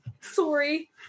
Sorry